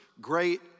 great